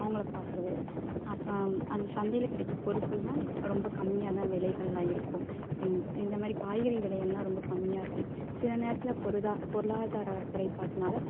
அவங்கள பார்க்கறது அப்புறம் அந்த சந்தையில் கிடைக்கிற பொருட்கள்லாம் ரொம்ப கம்மியாக தான் விலைகள்லாம் இருக்கும் இந்த மாதிரி காய்கறி விலையெல்லாம் ரொம்ப கம்மியாக இருக்கும் சில நேரத்தில் பொருதா பொருளாதார குறைப்பாட்டுனால்